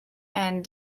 and